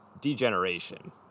Degeneration